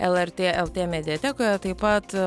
lrt lt mediatekoje taip pat